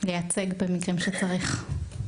ולייצג במקרים שצריך.